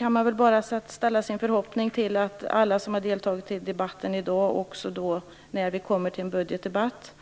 Man kan bara sätta sin förhoppning till att alla som har deltagit i debatten i dag också i en budgetdebatt